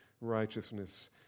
righteousness